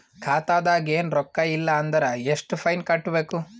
ಖಾತಾದಾಗ ಏನು ರೊಕ್ಕ ಇಲ್ಲ ಅಂದರ ಎಷ್ಟ ಫೈನ್ ಕಟ್ಟಬೇಕು?